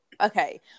Okay